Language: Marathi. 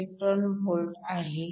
12eV आहे